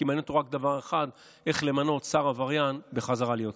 כי מעניין אותו רק דבר אחד: איך למנות שר עבריין בחזרה להיות שר.